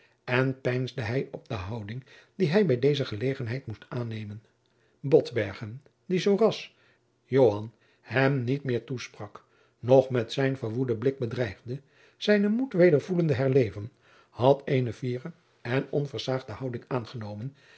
en peinsde hij op de houding die hij bij deze gelegenheid moest aannemen botbergen die zooras joan hem niet meer toesprak noch met zijn verwoeden blik bedreigde zijnen moed weder voelde herleven had eene fiere en onversaagde houding aangenomen